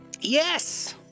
Yes